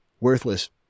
worthless